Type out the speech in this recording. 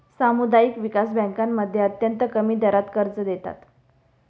सामुदायिक विकास बँकांमध्ये अत्यंत कमी दरात कर्ज देतात